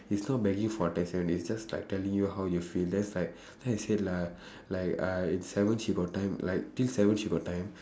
it's not begging for attention it's just like telling you how you feel then it's like then I say lah like uh in sec one she got time like think sec one she got time